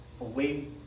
away